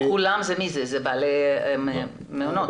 כולם זה בעלי מעונות?